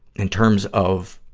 in terms of,